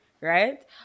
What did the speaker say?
Right